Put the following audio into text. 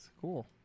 Cool